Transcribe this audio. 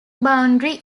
boundary